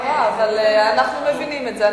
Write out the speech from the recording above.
לא רע, אבל אנחנו מבינים את זה.